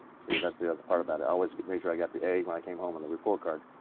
see and that's the other part about it. i always made sure i got the a when i came home on the report card.